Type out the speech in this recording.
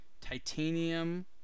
titanium